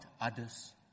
others